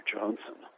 Johnson